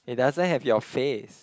it doesn't have your face